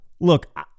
look